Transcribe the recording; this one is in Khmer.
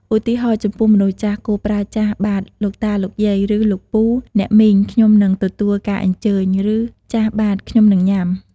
ឧទាហរណ៍៖ ចំពោះមនុស្សចាស់ គួរប្រើ "ចាស/បាទ លោកតា លោកយាយ ឬលោកពូ អ្នកមីង ខ្ញុំនឹងទទួលការអញ្ជើញ" ឬ "ចាស/បាទ ខ្ញុំនឹងញ៉ាំ"។